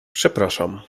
przepraszam